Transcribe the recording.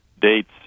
dates